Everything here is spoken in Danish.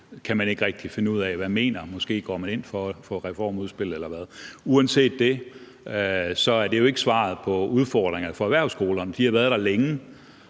kan man ikke rigtig finde ud af hvad mener, med hensyn til om man går ind for reformer på det område eller ej. Uanset det er det jo ikke svaret på udfordringerne for erhvervsskolerne. Dem har de haft længe,